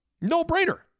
No-brainer